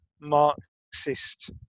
Marxist